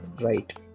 Right